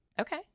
Okay